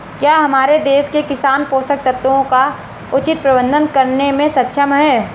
क्या हमारे देश के किसान पोषक तत्वों का उचित प्रबंधन करने में सक्षम हैं?